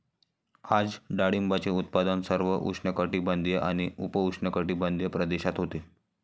आज डाळिंबाचे उत्पादन सर्व उष्णकटिबंधीय आणि उपउष्णकटिबंधीय प्रदेशात होते